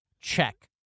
Check